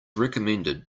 recommended